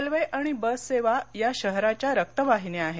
railway आणि bus सेवा या शहराच्या रक्तवाहिन्या आहेत